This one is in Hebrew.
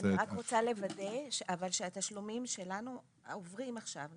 אני רק רוצה לוודא שהתשלומים שלנו עוברים עכשיו,